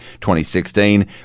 2016